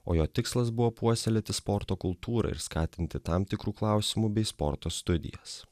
o jo tikslas buvo puoselėti sporto kultūrą ir skatinti tam tikrų klausimų bei sporto studijas